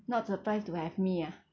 not surprised to have me ah